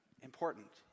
important